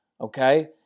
Okay